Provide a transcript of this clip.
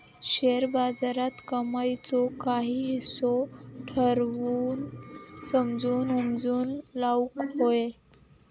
share बाजारात कमाईचो काही हिस्सो ठरवून समजून उमजून लाऊक व्हये